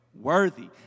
Worthy